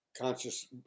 conscious